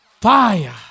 fire